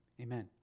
Amen